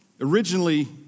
Originally